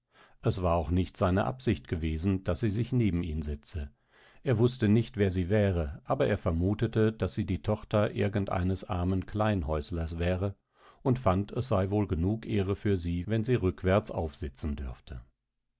es war auch nicht seine absicht gewesen daß sie sich neben ihn setze er wußte nicht wer sie wäre aber er vermutete daß sie die tochter irgendeines armen kleinhäuslers wäre und fand es sei wohl genug ehre für sie wenn sie rückwärts aufsitzen dürfte